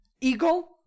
Eagle